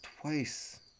twice